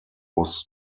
was